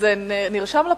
זה נרשם לפרוטוקול,